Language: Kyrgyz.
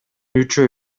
үчөө